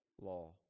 law